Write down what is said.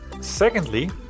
Secondly